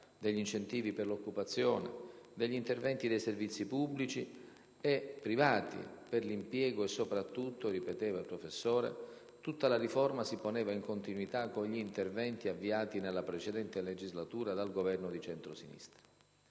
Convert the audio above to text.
degli incentivi per l'occupazione, degli interventi dei servizi pubblici e privati per l'impiego e soprattutto - ripeteva il professore - tutta la riforma si poneva in continuità con gli interventi avviati nella precedente legislatura dal Governo di centrosinistra.